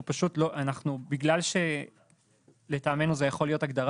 אנחנו פשוט בגלל שלטעמנו זו יכולה להיות הגדרה